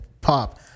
Pop